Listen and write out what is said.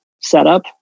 setup